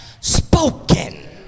spoken